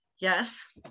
yes